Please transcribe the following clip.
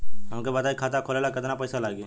हमका बताई खाता खोले ला केतना पईसा लागी?